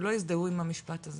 שלא יזדהו עם המשפט הזה